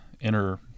inner